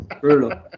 Brutal